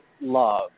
love